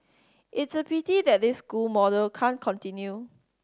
it's a pity that this school model can't continue